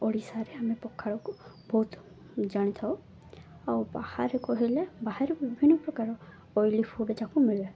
ଓଡ଼ିଶାରେ ଆମେ ପଖାଳକୁ ବହୁତ ଜାଣିଥାଉ ଆଉ ବାହାରେ କହିଲେ ବାହାରେ ବିଭିନ୍ନ ପ୍ରକାର ଅଏଲି ଫୁଡ଼୍ ଯାକ ମିଳେ